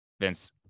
Vince